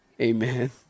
Amen